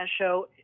show